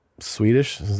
swedish